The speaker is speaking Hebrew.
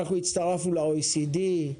אנחנו הצטרפנו ל-OECD,